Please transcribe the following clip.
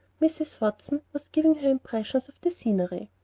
mrs. watson was giving her impressions of the scenery.